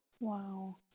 Wow